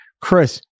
Chris